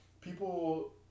people